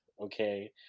okay